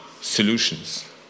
solutions